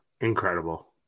incredible